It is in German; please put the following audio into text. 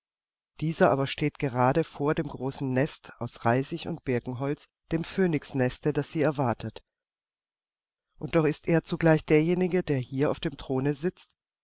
dieser aber steht gerade vor dem großen nest aus reisig und birkenholz dem phönixneste das sie erwartet und doch ist er zugleich derjenige der hier auf dem throne sitzt